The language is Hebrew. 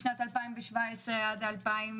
משנת 2017 עד 2020